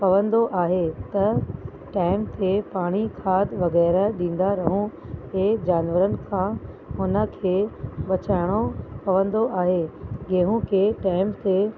पवंदो आहे त टाइम ते पाणी खाद वग़ैरह ॾींदा रहूं ॿिए जानवारनि खां हुन खे बचाइणो पवंदो आहे गेहू खे टाइम ते